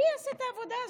מי יעשה את העבודה הזאת?